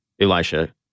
Elisha